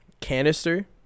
canister